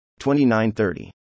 2930